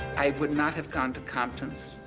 i would not have gone to compton's.